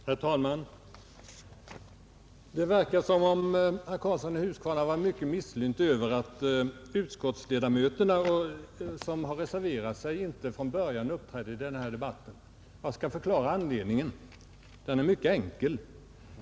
Herr talman! Det verkar som om herr Karlsson i Huskvarna var mycket misslynt över att de utskottsledamöter, som reserverat sig, inte från början uppträdde i denna debatt. Jag skall tala om anledningen härtill — den är mycket enkel.